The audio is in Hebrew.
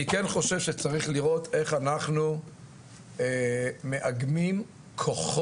אני כן חושב שצריך לראות איך אנחנו מאגמים כוחות